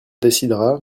décidera